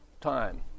time